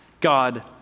God